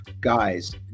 Guys